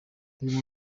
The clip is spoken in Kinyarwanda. uyu